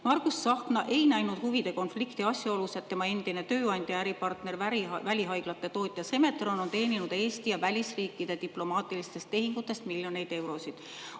Margus Tsahkna ei näe huvide konflikti asjaolus, et tema endine tööandja ja praegune äripartner, välihaiglate tootja Semetron on teeninud Eesti ja välisriikide diplomaatilistest tehingutest miljoneid eurosid.